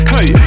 Hey